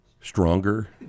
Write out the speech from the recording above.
stronger